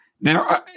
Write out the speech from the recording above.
Now